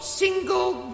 single